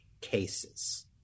cases